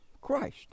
christ